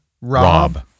Rob